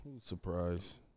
Surprise